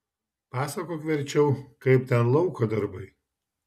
pasakok verčiau kaip ten lauko darbai